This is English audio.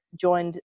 joined